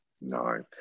No